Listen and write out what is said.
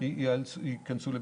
שייכנסו לבידוד?